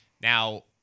Now